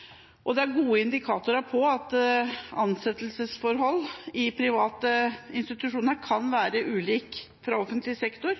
finansiere. Det er gode indikatorer på at ansettelsesforhold i private institusjoner kan være ulike fra offentlig sektor,